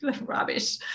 rubbish